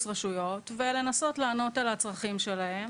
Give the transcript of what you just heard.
רשויות ולנסות לענות על הצרכים שלהם,